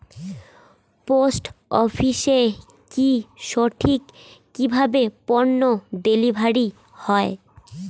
Post অফিসে কি সঠিক কিভাবে পন্য ডেলিভারি হয়?